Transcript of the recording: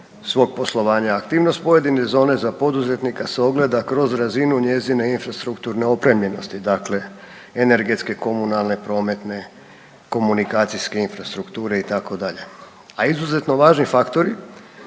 svog poslova. Aktivnost pojedine zone za poduzetnika se ogleda kroz razinu njezine infrastrukturne opremljenosti, dakle energetske, komunalne, prometne, komunikacijske infrastrukture, itd., a izuzetno važni faktori